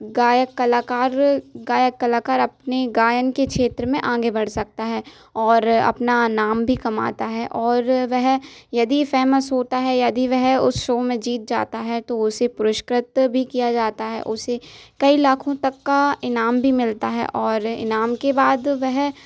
गायक कलाकार गायक कलाकार अपनी गायन के क्षेत्र में आंगे बढ़ सकता है और अपना नाम भी कमाता है और वह यदि फेमस होता है यही वह उस शो में जीत जाता है तो उसे पुरस्कृत भी किया जाता है उसे कई लाखों तक का इनाम भी मिलता है और इनाम के बाद वह